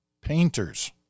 painters